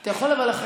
אבל אתה יכול אחרי,